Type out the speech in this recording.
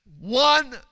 one